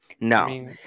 no